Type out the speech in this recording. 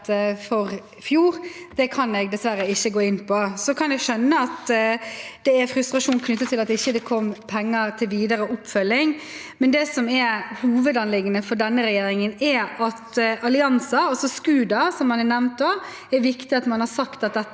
for i fjor, kan jeg dessverre ikke gå inn på. Så kan jeg skjønne at det er frustrasjon knyttet til at det ikke kom penger til videre oppfølging. Men det som er hovedanliggendet for denne regjeringen, er at det når det gjelder allianser, også SKUDA, som også er nevnt, er viktig at man har sagt at dette